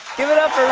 give it up